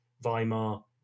Weimar